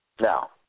Now